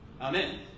Amen